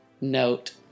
note